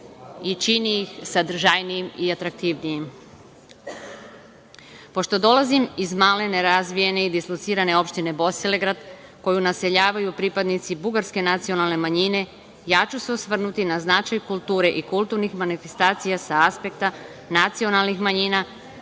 i čini ih sadržajnijim i atraktivnijim. Pošto dolazim iz male nerazvijene i dislocirane opštine Bosilegrad koju naseljavaju pripadnici bugarske nacionalne manjine, ja ću se osvrnuti na značaj kulture i kulturnih manifestacija sa aspekta nacionalnih manjina